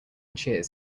cheers